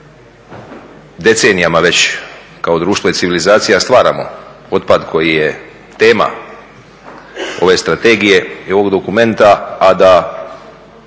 Hvala vam